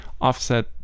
offset